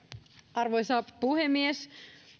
arvoisa puhemies